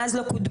מאז לא קודמה,